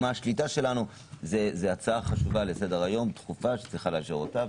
זה הצעה חשובה לסדר-היום שצריך לאשר אותה.